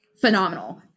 phenomenal